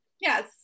Yes